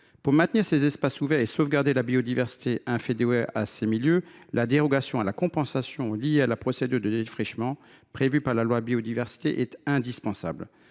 Pour maintenir ces espaces ouverts et sauvegarder la biodiversité inféodée à ces milieux, la dérogation à la compensation liée à la procédure de défrichement, prévue par la loi pour la reconquête